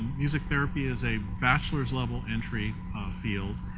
music therapy is a bachelor's level entry field.